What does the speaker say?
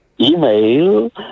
email